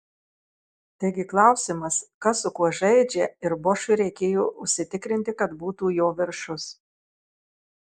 taigi klausimas kas su kuo žaidžia ir bošui reikėjo užsitikrinti kad būtų jo viršus